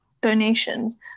donations